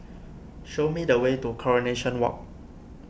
show me the way to Coronation Walk